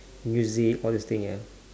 music all those things yeah